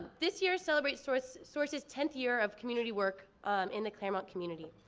this year celebrates source's source's tenth year of community work in the claremont community.